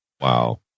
Wow